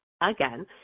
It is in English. again